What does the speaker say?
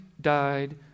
died